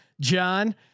John